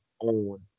on